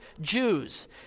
Jews